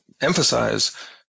emphasize